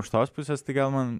iš tos pusės tai gal man